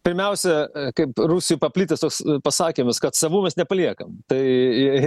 pirmiausia kaip rusijoj paplitęs toks pasakymas kad savų mes nepaliekam tai